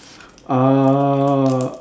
uh